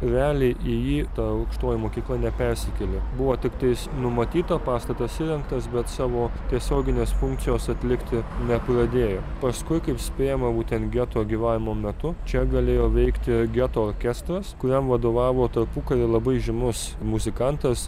realiai į jį ta aukštoji mokykla nepersikėlė buvo tiktais numatyta pastatas įrengtas bet savo tiesioginės funkcijos atlikti nepradėjo paskui kaip spėjama būtent geto gyvavimo metu čia galėjo veikti geto orkestras kuriam vadovavo tarpukary labai žymus muzikantas